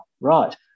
Right